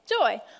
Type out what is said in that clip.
joy